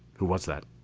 who was that?